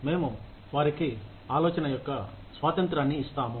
మేము వారికి ఆలోచన యొక్క స్వాతంత్ర్యాన్ని ఇస్తాము